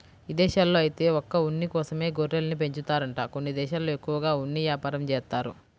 ఇదేశాల్లో ఐతే ఒక్క ఉన్ని కోసమే గొర్రెల్ని పెంచుతారంట కొన్ని దేశాల్లో ఎక్కువగా ఉన్ని యాపారం జేత్తారు